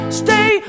stay